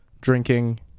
drinking